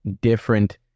different